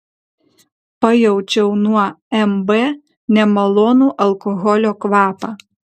pajaučiau nuo mb nemalonų alkoholio kvapą